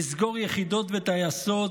לסגור יחידות וטייסות,